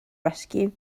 rescue